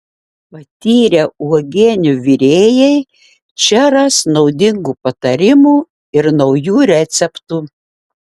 patyrę uogienių virėjai čia ras naudingų patarimų ir naujų receptų